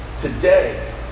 Today